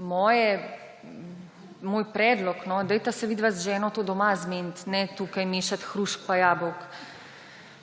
res, moj predlog, dajta se vidva z ženo to doma zmeniti, ne tukaj mešati hrušk pa jabolk.